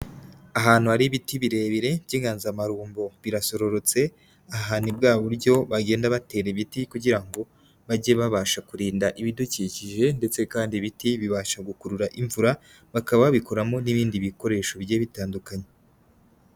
Ahantu hari ibiti birebire by'inganzamarumbo, birasororotse, aha ni bwa buryo bagenda batera ibiti kugira ngo bajye babasha kurinda ibidukikije ndetse kandi ibiti bibasha gukurura imvura, bakaba babikoramo n'ibindi bikoresho bigiye bitandukanye.